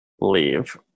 leave